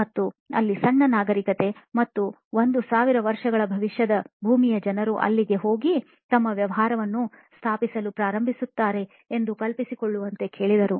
ಮತ್ತು ಅಲ್ಲಿ ಸಣ್ಣ ನಾಗರಿಕತೆ ಮತ್ತು 1000 ವರ್ಷಗಳು ಭವಿಷ್ಯದ ಭೂಮಿಯ ಜನರು ಅಲ್ಲಿಗೆ ಹೋಗಿ ತಮ್ಮ ವ್ಯವಹಾರವನ್ನು ಸ್ಥಾಪಿಸಲು ಪ್ರಾರಂಭಿಸುತ್ತಾರೆ ಎಂದು ಕಲ್ಪಿಸಿಕೊಳ್ಳುವಂತೆ ಕೇಳಿದರು